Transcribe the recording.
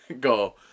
go